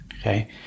Okay